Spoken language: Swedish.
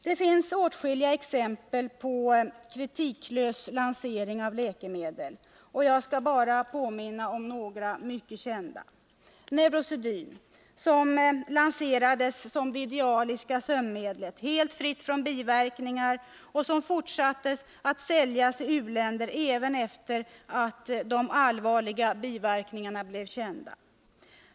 Det finns åtskilliga exempel på kritiklös lansering av läkemedel. Jag skall här bara påminna om några mycket kända: Neurosedyn lanserades som det idealiska sömnmedlet, helt fritt från biverkningar, och man fortsatte att sälja det i u-länder även efter det att de allvarliga biverkningarna hade blivit kända.